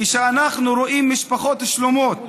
כשאנחנו רואים משפחות שלמות